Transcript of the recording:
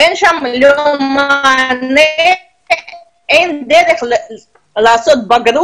אין שם מענה ואין דרך לברר.